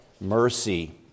mercy